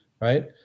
Right